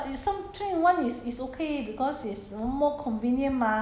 !wah!